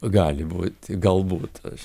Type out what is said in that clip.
gali būti galbūt aš